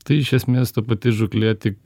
tai iš esmės ta pati žūklė tik